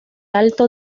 alto